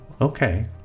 okay